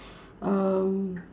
um